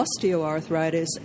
osteoarthritis